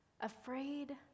Afraid